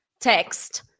text